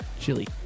chili